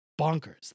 bonkers